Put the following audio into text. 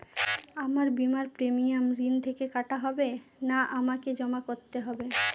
আমার বিমার প্রিমিয়াম ঋণ থেকে কাটা হবে না আমাকে জমা করতে হবে?